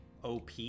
OP